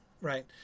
right